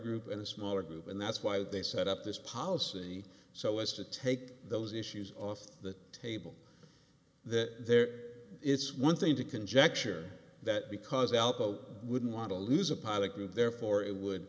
group and a smaller group and that's why they set up this policy so as to take those issues off the table that there it's one thing to conjecture that because alpo wouldn't want to lose a particle and therefore it would